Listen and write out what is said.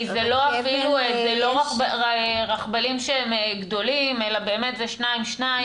כי זה לא רכבלים שהם גדולים אלא באמת זה שניים-שניים,